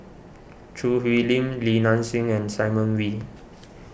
Choo Hwee Lim Li Nanxing and Simon Wee